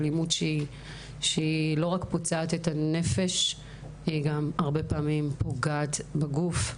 אלימות שלא רק פוצעת את הנפש אלא הרבה פעמים גם פוגעת בגוף.